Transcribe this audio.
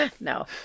No